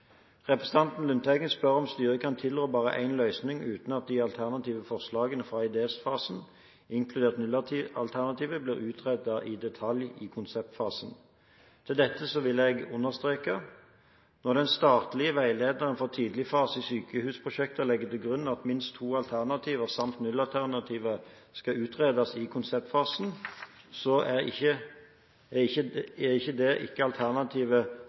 Representanten Lundteigen spør om styret kan tilrå bare én løsning, uten at de alternative forslagene fra idéfasen – inkludert nullalternativet – blir utredet i detalj i konseptfasen. Til dette vil jeg understreke: Når den statlige veilederen for tidligfase i sykehusprosjekter legger til grunn at minst to alternativer samt nullalternativet skal utredes i konseptfasen, så er det ikke